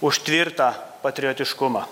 už tvirtą patriotiškumą